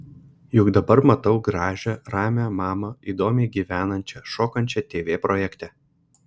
juk dabar matau gražią ramią mamą įdomiai gyvenančią šokančią tv projekte